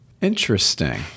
Interesting